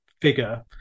figure